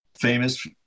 famous